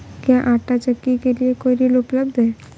क्या आंटा चक्की के लिए कोई ऋण उपलब्ध है?